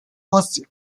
was